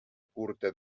curta